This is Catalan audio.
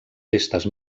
festes